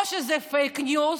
או שזה פייק ניוז,